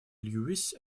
lewis